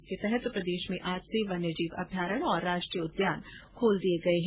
इसके तहत प्रदेश में आज से वन्य जीव अभ्यारण्य और राष्ट्रीय उद्यान खोल दिए गए है